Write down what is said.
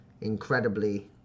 incredibly